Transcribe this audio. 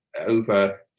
over